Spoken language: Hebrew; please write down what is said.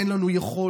אין לנו יכולת.